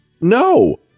No